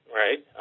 right